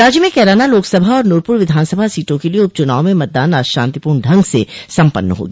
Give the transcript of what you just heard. राज्य में कैराना लोकसभा और नूरपुर विधानसभा सीटों के लिए उप चुनाव में मतदान आज शांतिपूर्ण ढंग से सम्पन्न हो गया